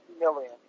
million